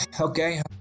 Okay